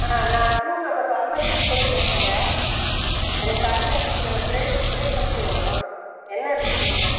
ஆ நான் room number ஐம்பத்தி ரெண்டுலேருந்து பேசுறேங்க எனக்கு காலையில் கொஞ்சம் ப்ரேக் ப்ரேக்ஃபாஸ்ட் வேணும் என்ன இருக்குது சொல்லுங்கள்